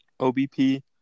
OBP